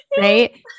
right